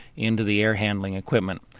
into the air-handling equipment.